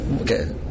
okay